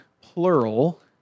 plural